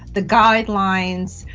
the guidelines,